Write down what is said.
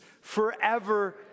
forever